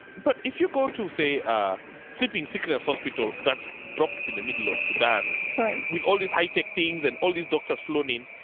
but if you go to, say, a sleeping sickness hospital that's dropped in the middle of sudan, right, with all these high-tech things and all these doctors flown in,